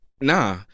Nah